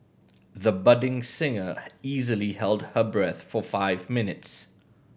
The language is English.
the budding singer easily held her breath for five minutes